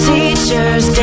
Teachers